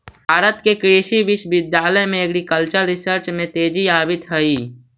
भारत के कृषि विश्वविद्यालय में एग्रीकल्चरल रिसर्च में तेजी आवित हइ